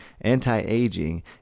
anti-aging